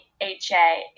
HA